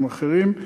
עם אחרים,